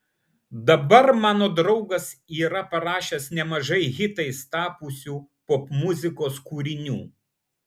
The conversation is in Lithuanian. dabar mano draugas yra parašęs nemažai hitais tapusių popmuzikos kūrinių